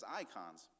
icons